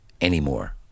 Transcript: anymore